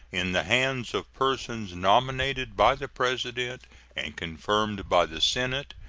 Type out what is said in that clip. in the hands of persons nominated by the president and confirmed by the senate,